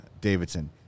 Davidson